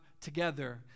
together